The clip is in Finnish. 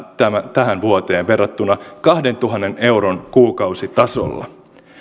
tähän vuoteen verrattuna kahdentuhannen euron kuukausitasolla